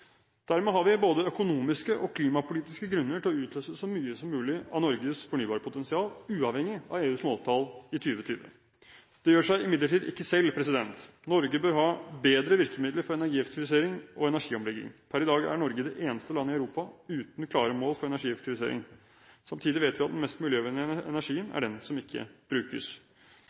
Dermed har vi både økonomiske og klimapolitiske grunner til å utløse så mye som mulig av Norges fornybarpotensial, uavhengig av EUs måltall i 2020. Det gjør seg imidlertid ikke selv. Norge bør ha bedre virkemidler for energieffektivisering og energiomlegging. Per i dag er Norge det eneste landet i Europa uten klare mål for energieffektivisering. Samtidig vet vi at den mest miljøvennlige energien er den som ikke brukes.